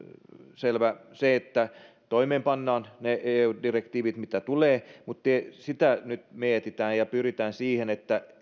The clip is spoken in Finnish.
selvä se että toimeenpannaan ne eu direktiivit mitkä tulevat mutta sitä nyt mietitään ja pyritään siihen että